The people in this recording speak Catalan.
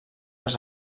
als